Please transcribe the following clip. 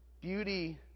beauty